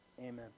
amen